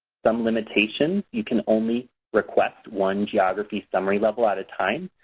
some limitations you can only request one geography summary level at a time.